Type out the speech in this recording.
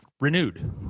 renewed